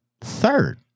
Third